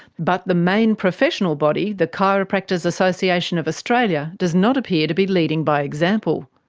but the main professional body, the chiropractors association of australia, does not appear to be leading by example.